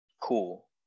Cool